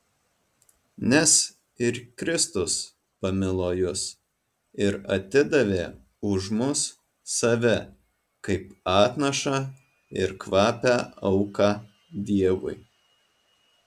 nes ir kristus pamilo jus ir atidavė už mus save kaip atnašą ir kvapią auką dievui